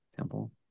temple